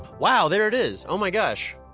wow there it is! oh my gosh.